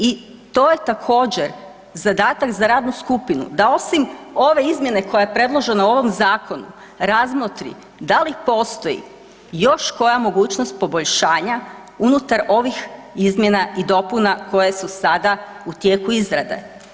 I to je također zadatak za radnu skupinu da osim ove izmjene koja je predložena u ovom zakonu razmotri da li postoji još koja mogućnost poboljšanja unutar ovih izmjena i dopuna koje su sada u tijeku izrade.